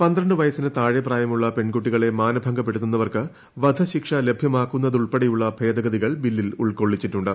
പന്ത്രണ്ട് വയസ്സിന് താഴെ പ്രായമുള്ള പെൺകുട്ടികളെ മാനഭംഗപ്പെടുത്തുന്നവർക്ക് വധശിക്ഷ ലഭ്യമാക്കുന്നതുൾപ്പെടെയുള്ള ഭേദഗതികൾ ബില്ലിൽ ഉൾക്കൊള്ളിച്ചിട്ടുണ്ട്